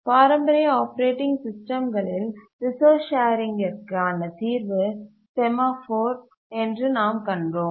பாரம்பரிய ஆப்பரேட்டிங் சிஸ்டம்களில் ரிசோர்ஸ் ஷேரிங்கிற்கு ஆன தீர்வு செமாஃபோர் என்று நாம் கண்டோம்